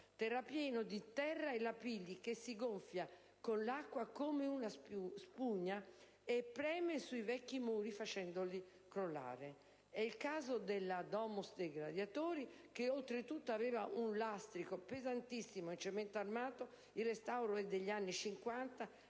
pieno di terra e lapilli si gonfia con l'acqua come una spugna e preme sui vecchi muri, facendoli crollare. È il caso della «*Domus* dei Gladiatori», che oltretutto aveva un lastrico pesantissimo in cemento armato (il restauro è degli anni '50);